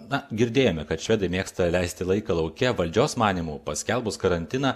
na girdėjome kad švedai mėgsta leisti laiką lauke valdžios manymu paskelbus karantiną